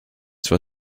zwar